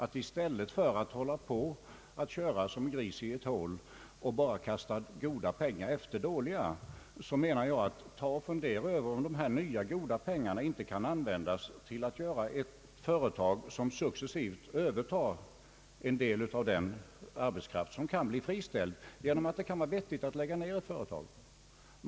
I stället för att hålla på och köra som en gris i ett hål och bara kasta goda pengar efter dåliga borde man fundera över om de nya goda pengarna inte kan användas till att skapa ett företag som successivt övertar en del av den arbetskraft som kan bli friställd genom att det kan vara vettigt att lägga ned ett eller annat företag.